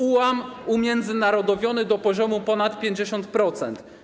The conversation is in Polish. UAM umiędzynarodowiony do poziomu ponad 50%.